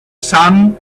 son